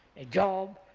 a job,